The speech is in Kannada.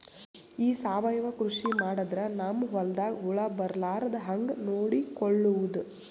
ಈ ಸಾವಯವ ಕೃಷಿ ಮಾಡದ್ರ ನಮ್ ಹೊಲ್ದಾಗ ಹುಳ ಬರಲಾರದ ಹಂಗ್ ನೋಡಿಕೊಳ್ಳುವುದ?